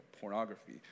pornography